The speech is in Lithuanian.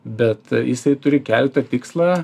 bet jisai turi kelt tą tikslą